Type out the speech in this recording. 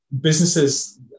businesses